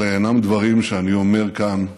אלה אינם דברים שאני אומר כאן פרופורמה.